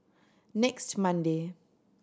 next Monday